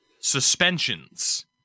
suspensions